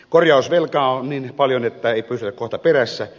korjausvelkaa on niin paljon että ei pysytä kohta perässä